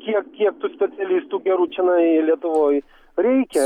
kiek kiek tų specialistų gerų čionai lietuvoje reikia